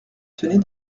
tenait